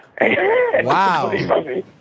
Wow